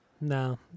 No